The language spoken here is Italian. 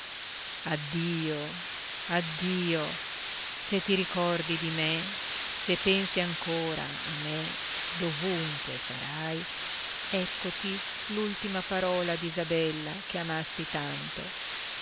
addio se ti ricordi di me se pensi ancora a me dovunque sarai eccoti l'ultima parola di isabella che amasti tanto